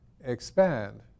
expand